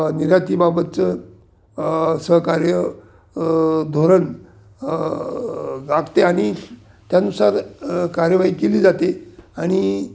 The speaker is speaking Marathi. निर्यातीबाबतचं सहकार्य धोरण लागते आणि त्यानुसार कार्यवाही केली जाते आणि